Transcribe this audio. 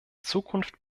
zukunft